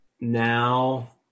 Now